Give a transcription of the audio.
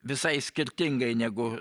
visai skirtingai negu